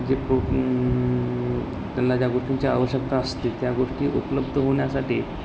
जे प त्यांला ज्या गोष्टींची आवश्यकता असते त्या गोष्टी उपलब्ध होण्यासाठी